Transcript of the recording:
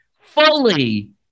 fully